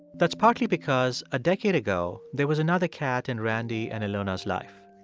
that's partly because a decade ago there was another cat in randy and ilona's life.